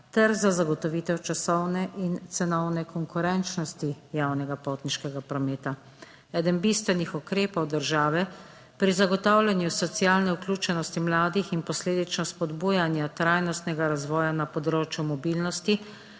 ter za zagotovitev časovne in cenovne konkurenčnosti javnega potniškega prometa. Eden bistvenih ukrepov države pri zagotavljanju socialne vključenosti mladih in posledično spodbujanja trajnostnega razvoja na področju mobilnosti